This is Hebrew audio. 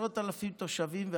10,001 תושבים.